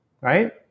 right